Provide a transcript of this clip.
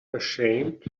ashamed